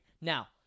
Now